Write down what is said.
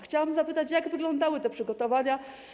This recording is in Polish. Chciałabym zapytać, jak wyglądały te przygotowania.